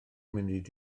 munud